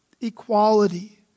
equality